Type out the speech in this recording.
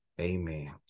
amen